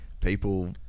people